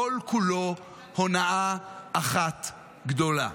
וכל-כולו הונאה אחת גדולה.